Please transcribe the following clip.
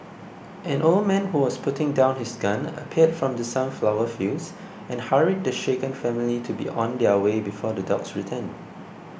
an old man who was putting down his gun appeared from the sunflower fields and hurried the shaken family to be on their way before the dogs return